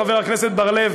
חבר הכנסת בר-לב,